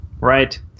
right